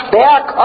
back